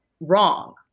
wrong